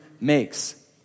makes